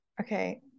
Okay